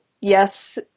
yes